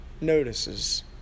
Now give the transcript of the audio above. notices